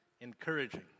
encouraging